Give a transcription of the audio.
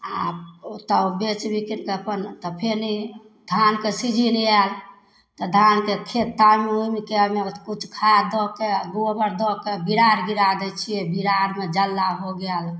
आओर ओ तऽ बेचि बिकनिके तऽ अपन तऽ फेर ई धानके सीजन आएल तऽ धानके खेत तामि उमिके ओहिमे किछु खाद दऽके गोबर दऽके बिराड़ गिरा दै छिए बिराड़मे जल्ला हो गेल